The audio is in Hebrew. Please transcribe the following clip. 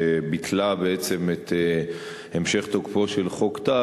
שביטלה בעצם את המשך תוקפו של חוק טל,